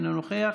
אינו נוכח,